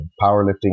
powerlifting